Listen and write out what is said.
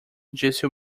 disse